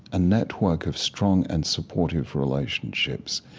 a network of strong and supportive relationships,